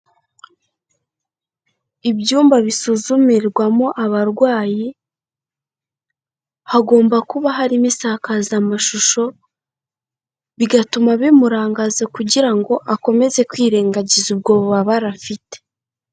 Ibyumba bisuzumirwamo abarwayi, hagomba kuba harimo isakazamashusho, bigatuma bimurangaza kugira ngo akomeze kwirengagiza ubwo bubabare afite.